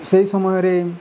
ସେହି ସମୟରେ